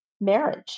marriage